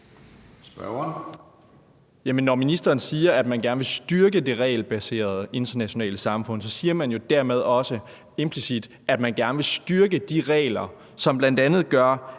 når ministeren siger, at man gerne vil styrke det regelbaserede internationale samfund, siger man jo dermed også implicit, at man gerne vil styrke de regler, som bl.a. gør,